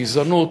גזענות,